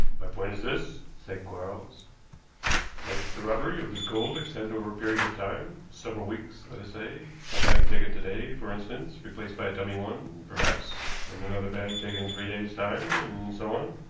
my point is this, said quarles might the robbery of this gold extend over a period of time, several weeks, let us say a bag taken to-day, for instance, replaced by a dummy one, perhaps, and another bag taken in three days' time, and so on?